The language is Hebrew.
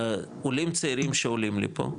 עולים צעירים שעולים לפה,